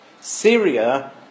Syria